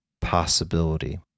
possibility